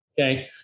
Okay